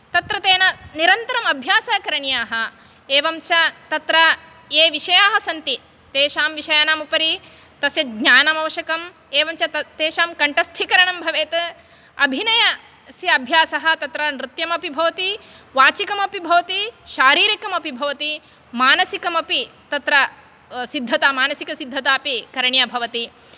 तत्र तेन निरन्तरम् अभ्यासः करणीयाः एवं च तत्र ये विषयाः सन्ति तेषां विषयानाम् उपरि तस्य ज्ञानम् आवश्यकम् एवं च तेषां कण्ठस्थीकरणं भवेत् अभिनयस्य अभ्यासः तत्र नृत्यमपि भवति वाचिकमपि भवति शारिरिकमपि भवति मानसिकमपि तत्र सिद्धता मनसिकसिद्धता अपि करणिया भवति